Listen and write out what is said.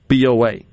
BOA